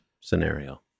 scenario